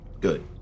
Good